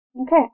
Okay